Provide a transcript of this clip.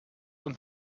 und